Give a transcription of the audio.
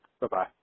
Bye-bye